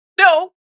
No